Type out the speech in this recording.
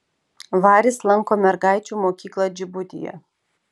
varis lanko mergaičių mokyklą džibutyje